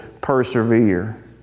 persevere